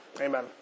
Amen